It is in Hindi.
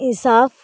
इंसाफ़